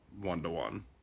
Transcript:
one-to-one